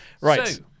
Right